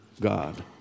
God